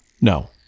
No